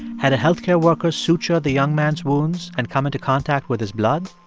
had a health care worker sutured the young man's wounds and come into contact with his blood?